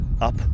up